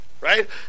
Right